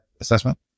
assessment